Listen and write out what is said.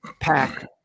pack